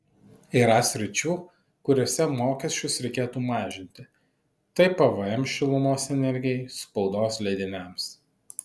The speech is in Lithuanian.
yra sričių kuriose mokesčius reikėtų mažinti tai pvm šilumos energijai spaudos leidiniams